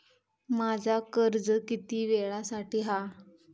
माझा कर्ज किती वेळासाठी हा?